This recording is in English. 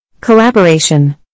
Collaboration